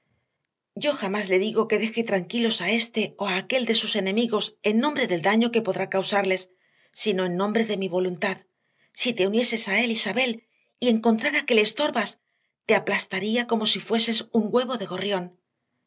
yo jamás le digo que deje tranquilos a éste o a aquel de sus enemigos en nombre del daño que podrá causarles sino en nombre de mi voluntad si te unieses a él isabel y encontrara que le estorbas te aplastaría como si fueses un huevo de gorrión